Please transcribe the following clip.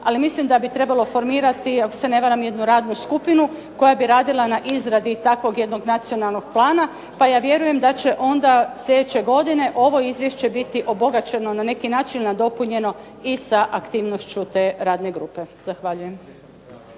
ali mislim da bi trebalo formirati ako se ne varam jednu radnu skupinu koja bi radila na izradi takvog jednog nacionalnog plana pa ja vjerujem da će onda sljedeće ovo izvješće biti obogaćeno na neki način, nadopunjeno i sa aktivnošću te radne grupe. Zahvaljujem.